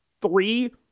three